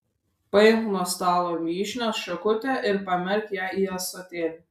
paimk nuo stalo vyšnios šakutę ir pamerk ją į ąsotėlį